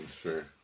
sure